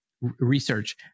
research